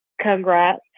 Congrats